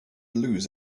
lose